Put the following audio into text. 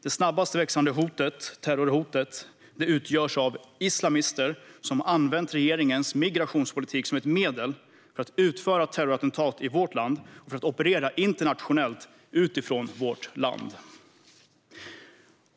Det snabbast växande terrorhotet utgörs av islamister som har använt regeringens migrationspolitik som ett medel för att utföra terrorattentat i vårt land och för att operera internationellt utifrån vårt land.